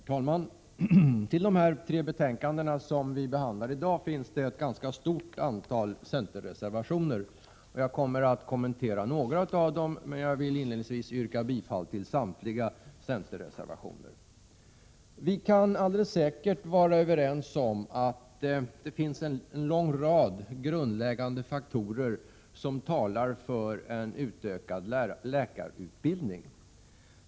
Herr talman! Till de betänkanden från utbildningsutskottet som vi i dag behandlar finns fogade ett ganska stort antal centerreservationer. Jag kommer att kommentera några av dem. Jag vill emellertid inledningsvis yrka bifall till samtliga centerreservationer. Vi kan alldeles säkert vara överens om att det finns en lång rad grundläggande faktorer som talar för en utökad läkarutbildning.